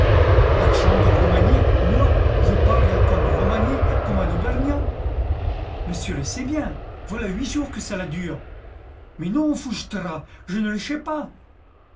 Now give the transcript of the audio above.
l'acchent de romagné moi je parle comme romagné comme un oubrgenat monsieur le sait bien voilà huit jours que cela dure mais non fouchtra je ne le chais pas